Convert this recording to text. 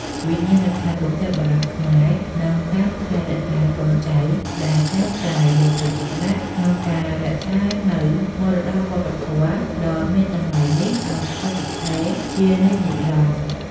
វិញ្ញាណក្ខន្ធបុព្វបុរសខ្មែរនឹងតាមថែរក្សាកូនចៅដែលតែងតែយកចិត្តទុកដាក់ក្នុងការរក្សានូវមរតកវប្បធម៌ដ៏មានតម្លៃនេះឱ្យស្ថិតស្ថេរជានិច្ចនិរន្តរ៍។